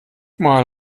mal